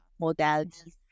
modalities